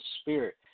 spirit